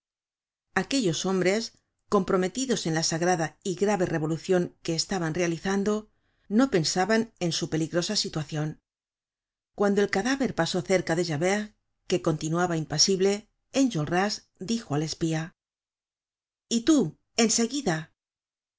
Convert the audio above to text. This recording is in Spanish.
aquellos hombres comprometidos en la sagrada y grave revolucion que estaban realizando no pensaban en su peligrosa situacion cuando el cadáver pasó cerca de javert que continuaba impasible enjolras dijo al espía y tú